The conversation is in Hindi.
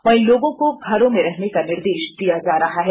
वहीं लोगों को घरों में रहने का निर्देष दिया जा रहा है